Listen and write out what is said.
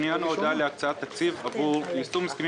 הפנייה נועדה להקצאת תקציב עבור יישום הסכמים